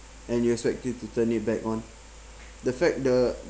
and you expect it to turn it back on the fact the